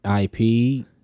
IP